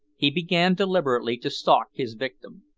he began deliberately to stalk his victim.